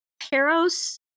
Peros